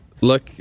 look